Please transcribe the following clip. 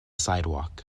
sidewalk